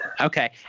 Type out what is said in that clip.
Okay